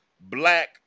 black